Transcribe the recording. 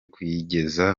kuyigeza